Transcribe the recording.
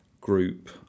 group